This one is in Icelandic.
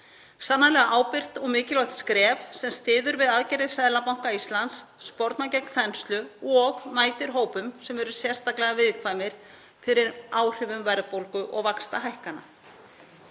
Sannarlega ábyrgt og mikilvægt skref sem styður við aðgerðir Seðlabanka Íslands, spornar gegn þenslu og mætir hópum sem eru sérstaklega viðkvæmir fyrir áhrifum verðbólgu og vaxtahækkana.